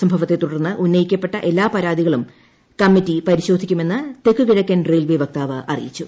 സംഭവത്തെ തുടർന്ന് ഉന്നയിക്കപ്പെട്ട എല്ലാ പരാതികളും കമ്മിറ്റി പരിശോധിക്കുമെന്ന് തെക്കുകിഴക്കൻ റെയിൽവേ വക്താവ് അറിയിച്ചു